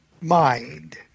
mind